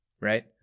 Right